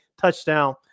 touchdown